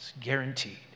guaranteed